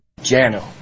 Jano